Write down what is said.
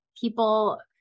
people